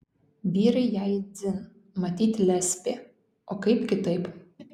vyrai jai dzin matyt lesbė o kaip kitaip